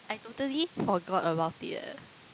I totally forgot about it eh